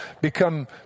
become